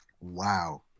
wow